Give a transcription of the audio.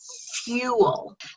fuel